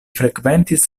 frekventis